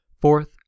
Fourth